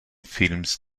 films